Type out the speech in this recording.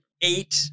Eight